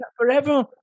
forever